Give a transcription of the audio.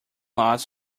lost